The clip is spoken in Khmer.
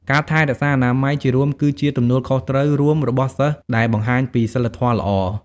ការថែរក្សាអនាម័យជារួមគឺជា ទំនួលខុសត្រូវរួមរបស់សិស្ស ដែលបង្ហាញពីសីលធម៌ល្អ។